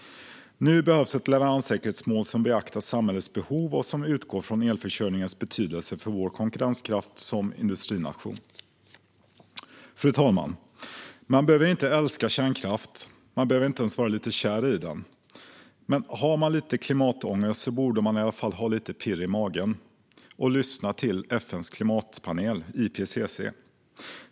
Nu behövs ett leveranssäkerhetsmål som beaktar samhällets behov och utgår från elförsörjningens betydelse för vår konkurrenskraft som industrination. Fru talman! Man behöver inte älska kärnkraft. Man behöver inte ens vara lite kär i den. Men har man lite klimatångest borde man i alla fall ha lite pirr i magen och lyssna till FN:s klimatpanel IPCC.